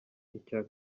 icya